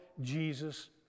Jesus